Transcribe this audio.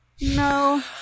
No